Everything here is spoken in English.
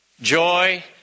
joy